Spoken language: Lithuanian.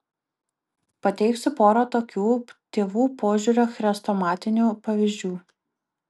pateiksiu porą tokių tėvų požiūrio chrestomatinių pavyzdžių